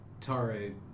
Tare